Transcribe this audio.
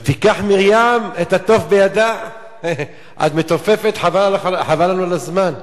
"ותקח מרים את התוף בידה"; את מתופפת חבל לנו על הזמן.